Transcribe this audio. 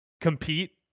compete